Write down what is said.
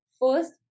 first